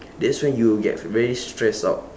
that's why you get very stressed out